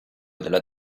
della